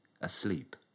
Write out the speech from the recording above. asleep